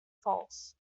false